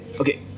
okay